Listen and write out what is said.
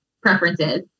preferences